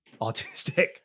autistic